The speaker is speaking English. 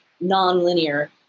non-linear